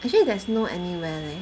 actually there's no anywhere leh